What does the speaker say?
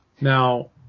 Now